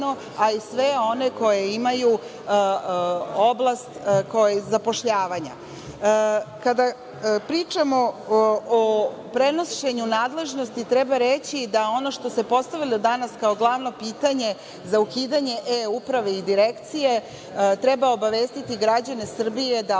a i sve one koji imaju oblast oko zapošljavanja. Kada pričamo o prenošenju nadležnosti treba reći da ono što se postavilo danas, kao glavno pitanje, za ukidanje E-uprave i direkcije, treba obavestiti građane Srbije, da ova